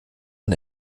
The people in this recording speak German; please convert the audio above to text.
man